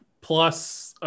plus